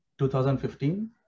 2015